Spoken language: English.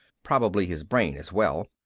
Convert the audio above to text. probably his brain as well.